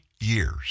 years